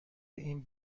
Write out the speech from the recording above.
این